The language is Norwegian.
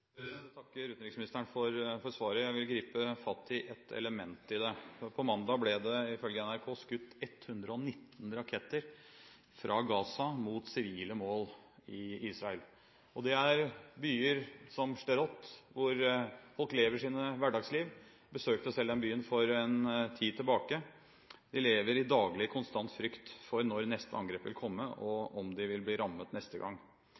Jeg takker utenriksministeren for svaret. Jeg vil gripe fatt i ett element i det. På mandag ble det ifølge NRK skutt 119 raketter fra Gaza mot sivile mål i Israel, byer som Sderot hvor folk lever sitt hverdagsliv. Jeg besøkte selv den byen for en tid tilbake. De lever i daglig, konstant frykt for når neste angrep vil komme, og om de vil bli rammet neste gang.